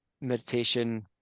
meditation